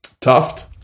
Tuft